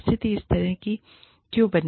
स्थिति इस तरह से क्यों बनी